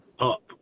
up